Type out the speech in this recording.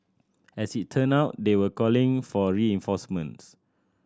as it turn out they were calling for reinforcements